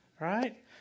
right